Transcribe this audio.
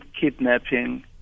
kidnapping